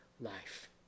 life